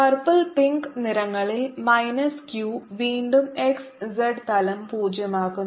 purple pink നിറങ്ങളിൽ minus q വീണ്ടും x z തലം പൂജ്യമാക്കുന്നു